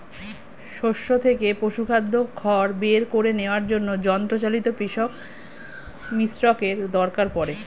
শস্য থেকে পশুখাদ্য খড় বের করে নেওয়ার জন্য যন্ত্রচালিত পেষক মিশ্রকের দরকার পড়ে